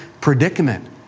predicament